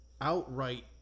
Outright